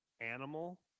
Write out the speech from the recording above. Animal